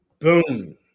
Boom